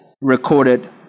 recorded